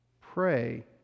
pray